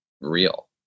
real